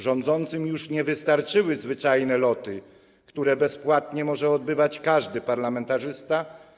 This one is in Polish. Rządzącym już nie wystarczyły zwyczajne loty, które bezpłatnie może odbywać każdy parlamentarzysta.